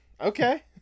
Okay